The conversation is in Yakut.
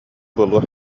буолуо